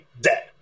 dead